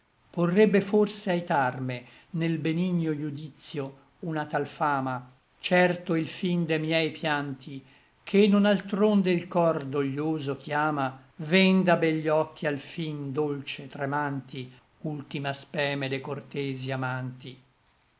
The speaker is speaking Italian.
porrebbe forse aitarme nel benigno iudicio una tal fama certo il fin de miei pianti che non altronde il cor doglioso chiama vèn da begli occhi alfin dolce tremanti ultima speme de cortesi amanti